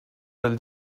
del